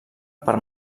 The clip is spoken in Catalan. per